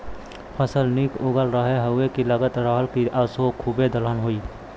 फसल निक उगल रहल हउवे की लगत रहल की असों खूबे दलहन होई